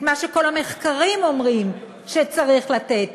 את מה שכל המחקרים אומרים שצריך לתת,